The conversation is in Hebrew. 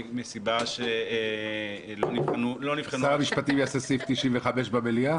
מסיבה שלא נבחנו --- שר המשפטים יעשה סעיף 95 במליאה?